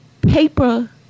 paper